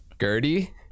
Gertie